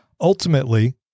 ultimately